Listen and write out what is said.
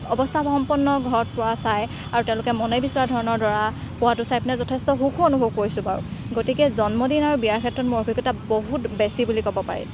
অৱস্থাসম্পন্ন ঘৰত পৰা চাই আৰু তেওঁলোকে মনে বিচৰা ধৰণৰ দৰা পোৱাতো চাই পিনে যথেষ্ট সুখো অনুভৱ কৰিছোঁ বাৰু গতিকে জন্মদিন আৰু বিয়াৰ ক্ষেত্ৰত মোৰ অভিজ্ঞতা বহুত বেছি বুলি ক'ব পাৰি